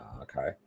Okay